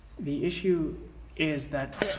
the issue is that